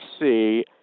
see